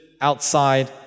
outside